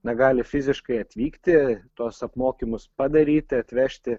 na gali fiziškai atvykti tuos apmokymus padaryti atvežti